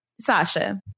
Sasha